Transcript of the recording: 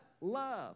Love